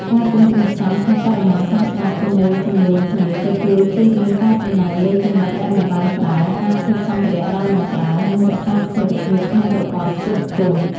ការទិញគ្រឿងផ្សំក្នុងបរិមាណសមស្របជាមួយចំនួនភ្ញៀវក៏ជួយចៀសវាងការចំណាយលើចំណុចដែលមិនបានប្រើ ការខូចសំភារៈដោយមិនប្រើ និងរក្សាស្ថេរភាពក្នុងប្រព័ន្ធផ្គត់ផ្គង់។